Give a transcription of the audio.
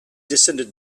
descended